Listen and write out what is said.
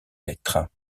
lettres